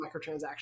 microtransactions